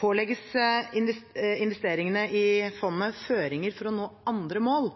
Pålegges investeringene i fondet føringer for å nå andre mål,